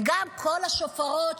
וגם כל השופרות,